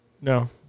No